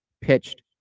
pitched